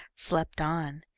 slept on.